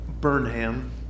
Burnham